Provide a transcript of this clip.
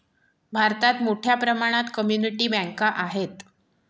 भारतात मोठ्या प्रमाणात कम्युनिटी बँका आहेत